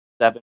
seven